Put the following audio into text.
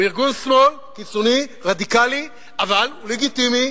הוא ארגון שמאל קיצוני רדיקלי, אבל הוא לגיטימי.